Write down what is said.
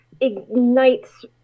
ignites